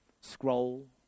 Scroll